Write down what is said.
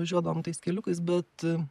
važiuodavom tais keliukais bet